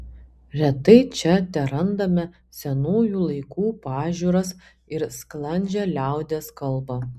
retai čia terandame senųjų laikų pažiūras ir sklandžią liaudies kalbą